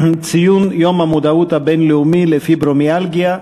ציון יום המודעות הבין-לאומי לפיברומיאלגיה.